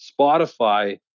Spotify